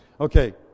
Okay